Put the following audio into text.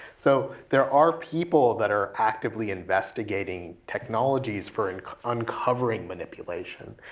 so there are people that are actively investigating technology for and uncovering manipulation.